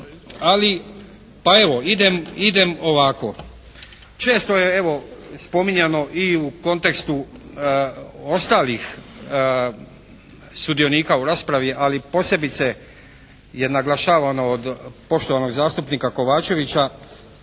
pa evo idem ovako. Često je evo, spominjano i u kontekstu sudionika u raspravi ali, posebice je naglašavano od poštovanog zastupnika Kovačevića,